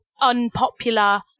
unpopular